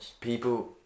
people